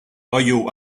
oihu